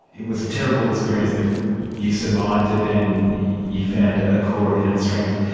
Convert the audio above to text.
it was a terrible experience, but you survived it and you found ah a core of inner strength.